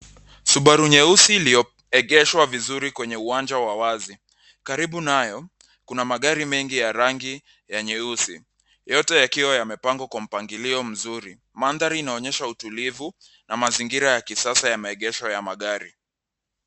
Subaru nyeusi iliyoegeshwa vizuri kwenye uwanja wa wazi. Karibu nayo kuna magari mengi ya rangi ya nyeusi, yote yakiwa yamepangwa kwa mpangilio mzuri. Mandhari inaonyesha utulivu na mazingira ya kisasa ya maegesho ya magari.